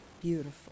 beautiful